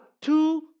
two